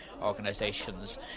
organisations